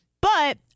But-